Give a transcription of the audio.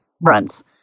runs